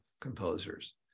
composers